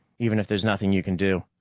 even if there's nothing you can do.